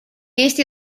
eesti